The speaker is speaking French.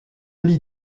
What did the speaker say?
lie